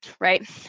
Right